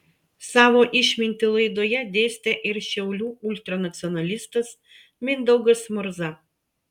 savo išmintį laidoje dėstė ir šiaulių ultranacionalistas mindaugas murza